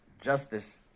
Justice